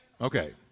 Okay